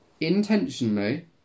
Intentionally